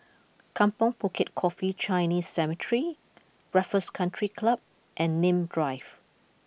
Kampong Bukit Coffee Chinese Cemetery Raffles Country Club and Nim Drive